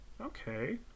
okay